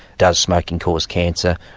does smoking cause cancer,